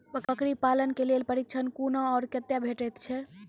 बकरी पालन के लेल प्रशिक्षण कूना आर कते भेटैत छै?